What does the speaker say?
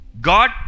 God